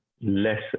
less